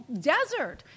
desert